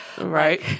right